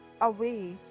away